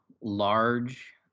large